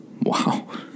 wow